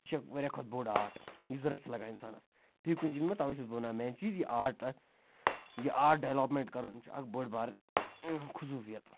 یہِ چھِ واریاہ کھۄتہٕ بوٚڈ آٹ یُس ضوٚرَتھ چھِ لَگان اِنسانَس بیٚیہِ کُنہِ چیٖز منٛز تَوَے چھُس بہٕ وَنان مین چیٖز یہِ آٹہ یہِ آٹ ڈیوولَپم۪نٛٹ کَرُن چھِ اَکھ بٔڑ بار خصوٗصیت